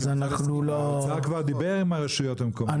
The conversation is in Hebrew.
האוצר כבר דיבר עם הרשויות המקומיות.